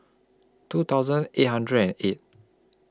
two thousand eight hundred and eight